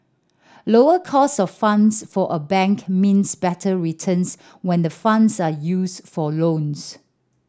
lower cost of funds for a bank means better returns when the funds are used for loans